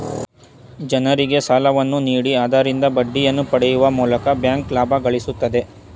ಜನರಿಗೆ ಸಾಲವನ್ನು ನೀಡಿ ಆದರಿಂದ ಬಡ್ಡಿಯನ್ನು ಪಡೆಯುವ ಮೂಲಕ ಬ್ಯಾಂಕ್ ಲಾಭ ಗಳಿಸುತ್ತದೆ